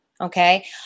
Okay